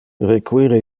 require